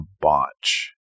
botch